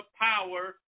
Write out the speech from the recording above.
power